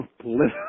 political